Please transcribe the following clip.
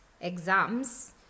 exams